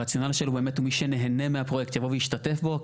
הרציונל שלו הוא באמת מי שנהנה מהפרויקט יבוא וישתתף בו.